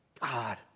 God